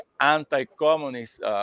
anti-communist